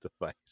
device